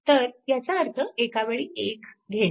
तर याचा अर्थ एकावेळी एक घेणे